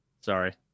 Sorry